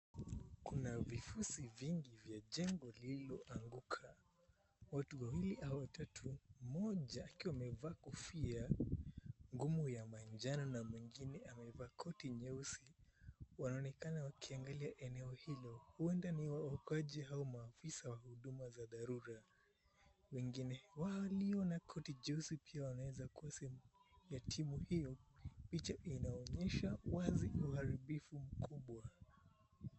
Kuna vifusi vingi vya jengo lililoanguka. Watu wawili au watatu, mmoja akiwa amevaa kofia ngumu ya manjano na mwingine amevaa koti nyeusi, wanaonekana wakiangalia eneo hilo. Huenda ni waokoaji au maafisa wa huduma za dharura. Wengine walio na koti jeusi pia wanaweza kuwa sehemu ya timu hiyo. Picha inaonyesha wazi uharibifu mkubwa.